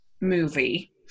movie